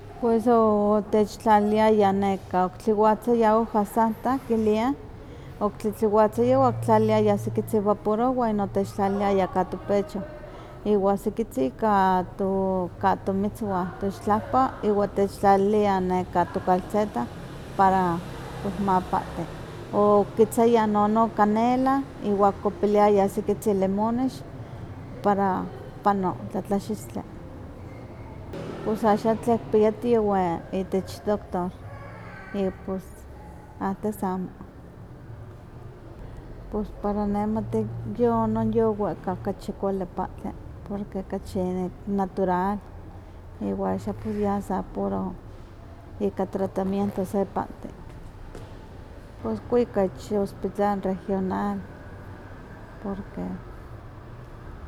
Pues o otech tlaliliaya okitliwatzayah hoja santa kiliah, okitlitliwatzayah iwa okitlaliliaya sekitzin vaporú iwa otechtlaliliaya ka topecho, iwa sikitzi ka ka tometzwa, tokechtlahpa iwa techtlaliliah neka tokalceta para pues ma pahti. O oketzaya nono kanela iwa copiliayah sekitzi limonex para ma pano tlatlaxistli, pus axa tlen kipia tiyuwih itech doctor, y pus antes amo. Pus para neh mati non yowehka kachi kuali pahtli, porque kachi natural, iwa axan ya sa puro ika tratamiento se pahti, pues kwika ich hospital regional, porque.